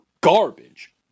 garbage